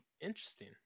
Interesting